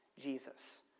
Jesus